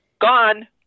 Gone